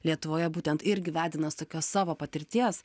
lietuvoje būtent irgi vedinas tokios savo patirties